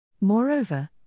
Moreover